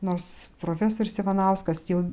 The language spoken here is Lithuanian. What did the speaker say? nors profesorius ivanauskas jau